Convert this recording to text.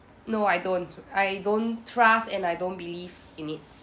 no I don't I don't trust and I don't believe in it